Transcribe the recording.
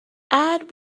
add